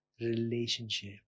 relationship